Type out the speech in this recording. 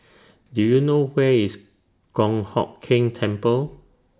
Do YOU know Where IS Kong Hock Keng Temple